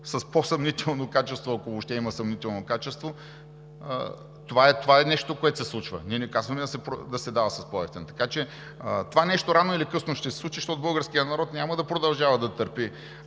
с по-съмнително качество, ако въобще има съмнително качество, това е нещо, което се случва. Ние не казваме да се дава по-евтиният. Това нещо рано или късно ще се случи, защото българският народ няма да продължава да търпи